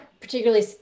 particularly